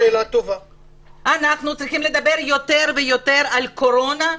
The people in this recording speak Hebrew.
אנחנו צריכים לדבר יותר ויותר על קורונה,